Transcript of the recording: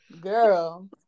girl